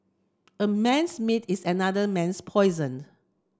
a man's meat is another man's poison